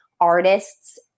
artists